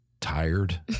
tired